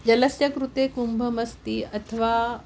जलस्य कृते कुम्भमस्ति अथवा